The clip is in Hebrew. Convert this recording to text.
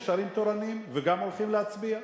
נשארים תורנים, וגם הולכים להצביע,